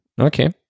Okay